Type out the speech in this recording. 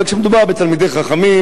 אבל כשמדובר בתלמידי חכמים,